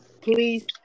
please